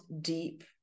deep